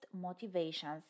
motivations